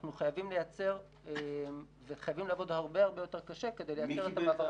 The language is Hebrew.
אנחנו חייבים לעבוד הרבה הרבה יותר קשה כדי לאפשר את המעבר הזה.